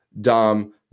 Dom